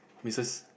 misses